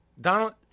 Donald